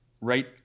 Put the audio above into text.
right